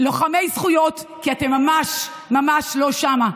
לוחמי זכויות, כי אתם ממש לא שם.